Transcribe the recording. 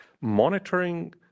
monitoring